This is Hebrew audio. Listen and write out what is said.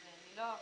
בסדר.